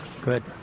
Good